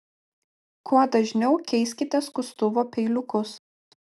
kuo dažniau keiskite skustuvo peiliukus